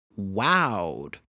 wowed